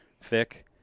thick